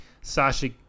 Sasha